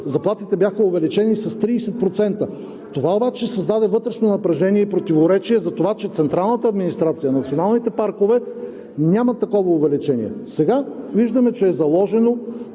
заплатите бяха увеличени с 30%. Това обаче създаде вътрешно напрежение и противоречие за това, че централната администрация, националните паркове нямат такова увеличение. Сега виждаме, че е заложено